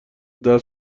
باز